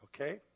okay